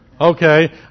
okay